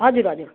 हजुर हजुर